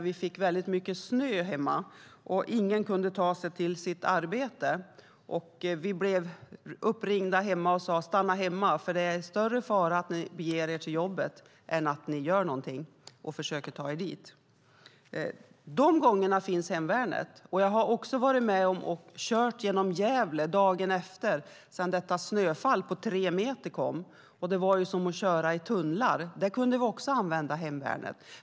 Vi fick väldigt mycket snö, och ingen kunde ta sig till sitt arbete. Vi blev uppringda och man sade: Stanna hemma! Det är större fara att ni beger er till jobbet. De gångerna finns hemvärnet. Jag var också med och körde genom Gävle dagen efter att detta snöfall på tre meter kom. Det var som att köra i tunnlar. Där kunde vi också använda hemvärnet.